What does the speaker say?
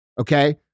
Okay